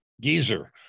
Geezer